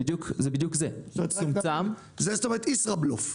זאת אומרת ישראבלוף.